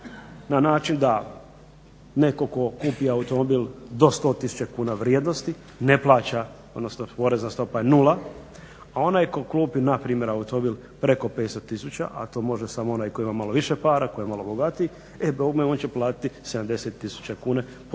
na način da netko tko kupi automobil do sto tisuća kuna vrijednosti, ne plaća odnosno porezna stopa je nula a onaj tko kupi npr. automobil preko 500 tisuća a to može samo onaj koji ima malo više para, tko je malo bogatiji, e bogme on će platiti 70 tisuća kuna po toj